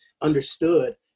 understood